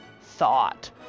thought